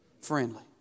friendly